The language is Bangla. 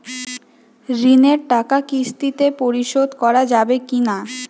ঋণের টাকা কিস্তিতে পরিশোধ করা যাবে কি না?